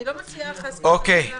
אני לא מציעה, חס וחלילה --- אוקיי.